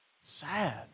Sad